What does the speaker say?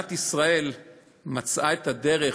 מדינת ישראל מצאה את הדרך,